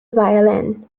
violin